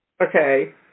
Okay